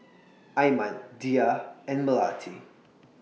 Iman Dhia and Melati